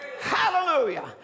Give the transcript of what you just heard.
Hallelujah